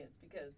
because-